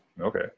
Okay